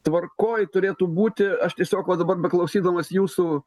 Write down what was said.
tvarkoj turėtų būti aš tiesiog va dabar beklausydamas jūsų